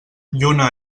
lluna